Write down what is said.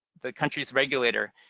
the country's regulator,